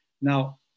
now